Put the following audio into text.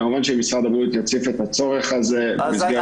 כמובן שאם משרד הבריאות יציף את הצורך הזה --- אנחנו